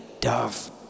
dove